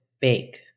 bake